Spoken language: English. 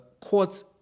courts